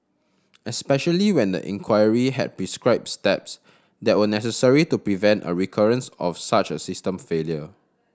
especially when the inquiry had prescribed steps that were necessary to prevent a recurrence of such a system failure